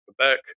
Quebec